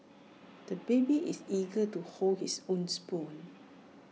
the baby is eager to hold his own spoon